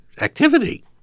activity